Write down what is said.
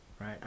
Right